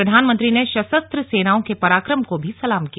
प्रधानमंत्री ने सशस्त्र सेनाओं के पराक्रम को भी सलाम किया